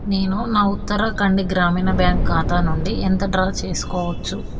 నేను నా ఉత్తరాకండి గ్రామీణ బ్యాంక్ ఖాతా నుండి ఎంత డ్రా చేసుకోవచ్చు